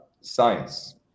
science